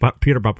Peter